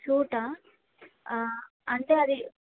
సూటా అంటే అది